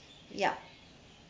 yup